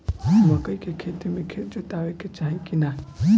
मकई के खेती मे खेत जोतावे के चाही किना?